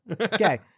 okay